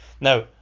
now